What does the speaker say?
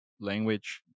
language